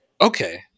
Okay